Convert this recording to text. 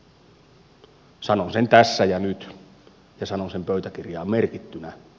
sanon sen tässä ja nyt ja sanon sen pöytäkirjaan merkittynä